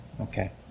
Okay